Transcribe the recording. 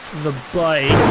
the bike.